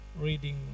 reading